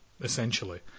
essentially